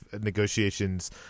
negotiations